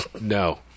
no